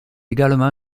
également